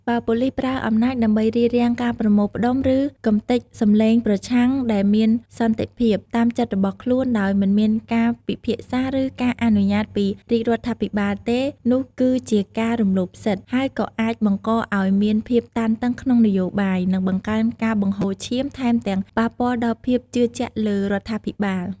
បើប៉ូលីសប្រើអំណាចដើម្បីរារាំងការប្រមូលផ្តុំ ឬកម្ទេចសម្លេងប្រឆាំងដែលមានសន្តិភាព តាមចិត្តរបស់ខ្លួនដោយមិនមានការពិភាក្សាឬការអនុញ្ញាតពីរាជរដ្ឋាភិបាលទេ នោះគឺជាការរំលោភសិទ្ធិ ហើយក៏អាចបង្កឱ្យមានភាពតានតឹងក្នុងនយោបាយ និងបង្កើនការបង្ហូរឈាម ថែមទាំងប៉ះពាល់ដល់ភាពជឿជាក់លើរដ្ឋាភិបាល។